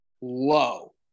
low